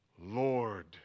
Lord